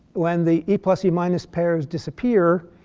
when the e plus e minus pairs disappear,